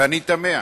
ואני תמה,